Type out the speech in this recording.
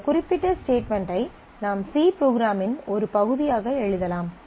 இந்த குறிப்பிட்ட ஸ்டேட்மென்ட் ஐ நாம் சி ப்ரோக்ராமின் ஒரு பகுதியாக எழுதலாம்